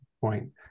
point